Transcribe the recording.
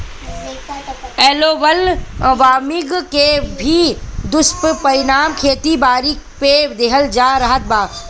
global warming के भी दुष्परिणाम खेती बारी पे देखल जा रहल बा